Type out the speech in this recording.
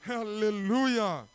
Hallelujah